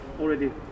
already